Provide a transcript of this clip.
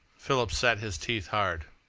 philip set his teeth hard.